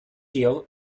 hill